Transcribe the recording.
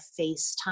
FaceTime